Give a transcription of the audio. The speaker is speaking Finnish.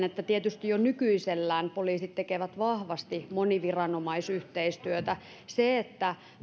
että tietysti jo nykyisellään poliisit tekevät vahvasti moniviranomaisyhteistyötä se